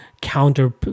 counter